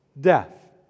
death